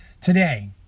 today